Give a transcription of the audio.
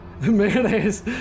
Mayonnaise